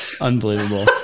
unbelievable